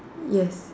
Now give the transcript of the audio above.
yes